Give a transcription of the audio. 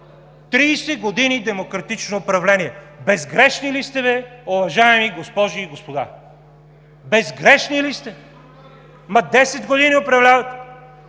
години демократично управление! Безгрешни ли сте, бе, уважаеми госпожи и господа?! Безгрешни ли сте?! Десет години управлявате,